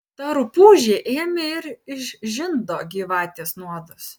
ta rupūžė ėmė ir išžindo gyvatės nuodus